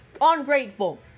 ungrateful